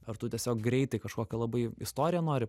ar tu tiesiog greitai kažkokią labai istoriją nori